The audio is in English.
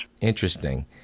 Interesting